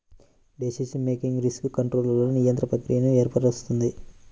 decision making risk కంట్రోల్ల నిరంతర ప్రక్రియను ఏర్పరుస్తుంది